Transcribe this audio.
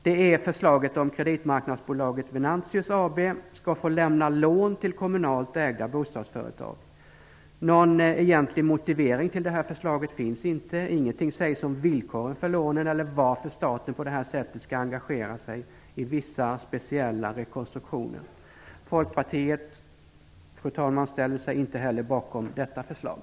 Det är förslaget om att kreditmarknadsbolaget Venantius AB skall få lämna lån till kommunalt ägda bostadsföretag. Någon egentlig motivering till detta förslag finns inte. Ingenting sägs om villkoren för lånen eller varför staten på detta sätt skall engagera sig i vissa speciella rekonstruktioner. Fru talman, Folkpartiet ställer sig inte heller bakom detta förslag.